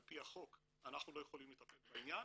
על פי החוק אנחנו לא יכולים לטפל בעניין,